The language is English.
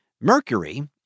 Mercury